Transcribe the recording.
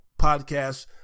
podcast